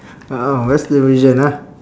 ah oh western version ah